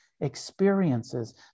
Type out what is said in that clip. experiences